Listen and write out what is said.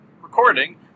recording